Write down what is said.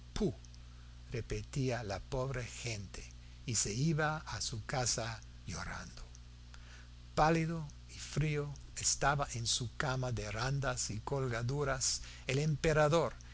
repetía la pobre gente y se iba a su casa llorando pálido y frío estaba en su cama de randas y colgaduras el emperador